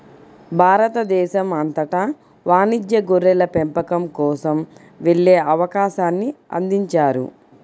భారతదేశం అంతటా వాణిజ్య గొర్రెల పెంపకం కోసం వెళ్ళే అవకాశాన్ని అందించారు